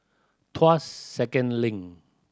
Tuas Second Link